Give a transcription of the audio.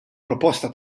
proposta